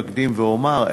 אקדים ואומר,